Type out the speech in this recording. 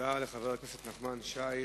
תודה לחבר הכנסת נחמן שי.